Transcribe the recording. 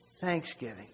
Thanksgiving